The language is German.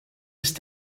ist